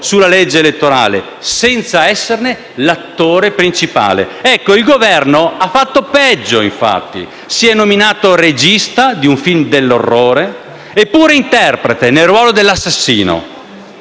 sulla legge elettorale, senza esserne l'attore principale. Il Governo ha fatto peggio, infatti: si è nominato regista di un film dell'orrore e pure interprete nel ruolo dell'assassino;